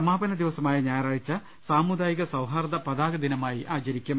സമാപന ദിവസമായ ഞായറാഴ്ച സാമുദായിക സൌഹാർദ്ദ പതാക ദിനമായി ആചരിക്കും